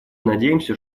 надеемся